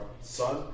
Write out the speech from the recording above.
son